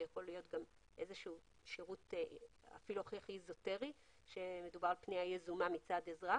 זה יכול להיות שירות הכי איזוטרי כאשר מדובר בפנייה יזומה מצד אזרח